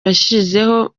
yashyizeho